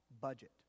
budget